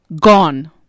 Gone